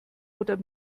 oder